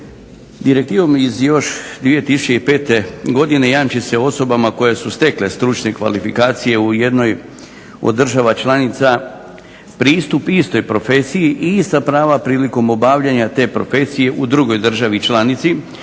Direktivom se osobama koje su stekle stručne kvalifikacije u jednoj od država članica jamči pristup istoj profesiji i ista prava prilikom obavljanja te profesije u drugoj državi članici